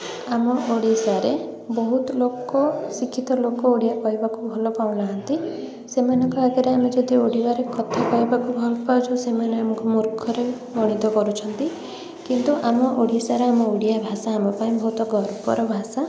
ଆମ ଓଡ଼ିଶାରେ ବହୁତ ଲୋକ ଶିକ୍ଷିତ ଲୋକ ଓଡ଼ିଆ କହିବାକୁ ଭଲପାଉନାହାନ୍ତି ସେମାନଙ୍କ ଆଗରେ ଆମେ ଯଦି ଓଡ଼ିଆରେ କଥା କହିବାକୁ ଭଲପାଉଛୁ ସେମାନେ ଆମକୁ ମୂର୍ଖରେ ଗଣିତ କରୁଛନ୍ତି କିନ୍ତୁ ଆମ ଓଡ଼ିଶାର ଆମ ଓଡ଼ିଆ ଭାଷା ଆମ ପାଇଁ ବହୁତ ଗର୍ବର ଭାଷା